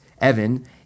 Evan